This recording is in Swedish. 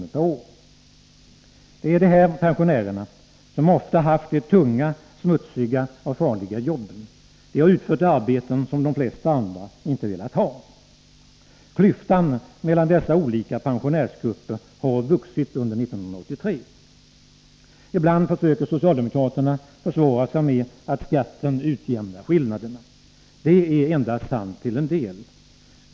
per år. Det är de här pensionärerna som ofta haft de tunga, smutsiga och farliga jobben. De har utfört arbeten som de flesta andra inte velat ha. Klyftan mellan dessa olika pensionärsgrupper har vuxit under 1983. Ibland försöker socialdemokraterna försvara sig med att skatten utjämnar skillnaderna. Det är sant endast till en del.